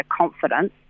confidence